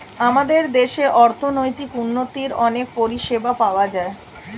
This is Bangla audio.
আমাদের দেশে অর্থনৈতিক উন্নতির অনেক পরিষেবা পাওয়া যায়